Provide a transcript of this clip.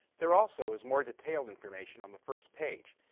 there also is more detailed information on the first page,